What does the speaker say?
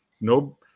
no